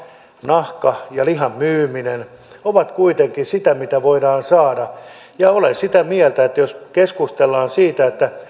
nahka ja lihan myyminen ovat kuitenkin sitä mitä voidaan saada ja olen sitä mieltä jos keskustellaan siitä että